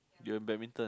you're in badminton